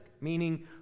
meaning